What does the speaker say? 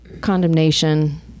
condemnation